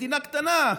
מדינה קטנה,